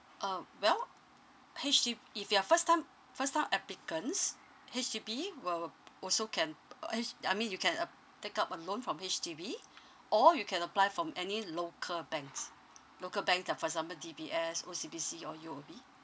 uh well H_D~ if you are first time first time applicants H_D_B will also can H~ I mean you can app~ take up a loan from H_D_B or you can apply from any local banks local bank like for example D_B_S O_C_B_C or U_O_B